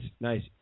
nice